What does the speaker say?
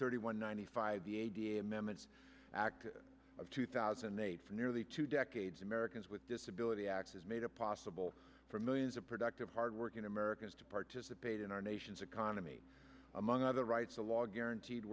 thirty one ninety five the a d m emmett's act of two thousand and eight for nearly two decades americans with disability act has made a possible for millions of productive hardworking americans to participate in our nation's economy among other rights a law guaranteed